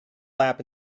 lap